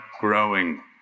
growing